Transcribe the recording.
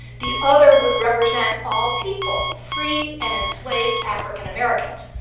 the other would represent all people free and enslaved african-americans.